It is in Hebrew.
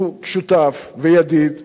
שהוא שותף וידיד,